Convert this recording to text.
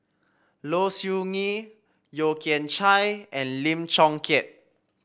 Low Siew Nghee Yeo Kian Chye and Lim Chong Keat